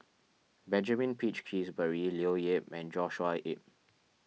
Benjamin Peach Keasberry Leo Yip and Joshua Ip